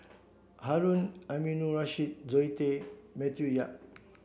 Harun Aminurrashid Zoe Tay Matthew Yap